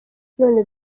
none